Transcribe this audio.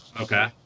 Okay